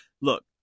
Look